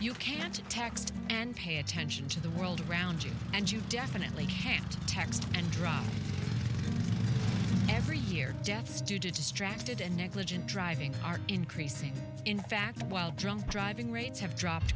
you can't text and pay attention to the world around you and you definitely can't text and drive every year deaths due to distracted and negligent driving are increasing in fact while drunk driving rates have dropped